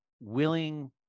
willing